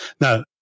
Now